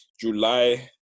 July